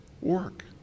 work